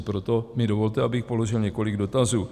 Proto mi dovolte, abych položil několik dotazů.